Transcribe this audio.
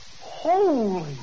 Holy